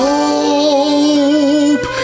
hope